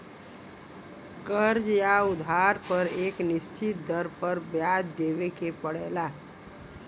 कर्ज़ या उधार पर एक निश्चित दर पर ब्याज देवे के पड़ला